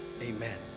Amen